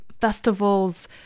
festivals